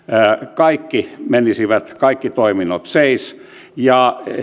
kaikki toiminnot menisivät seis